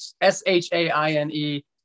S-H-A-I-N-E